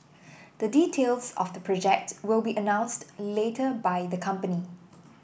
the details of the project will be announced later by the company